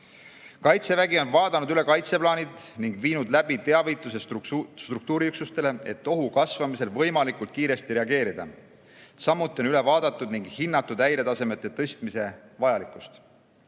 Kaitsevägi on vaadanud üle kaitseplaanid ning viinud läbi teavituse struktuuriüksustele, et ohu kasvamisel võimalikult kiiresti reageerida. Samuti on üle vaadatud häiretasemete tõstmise vajalikkus